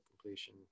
completion